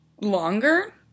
longer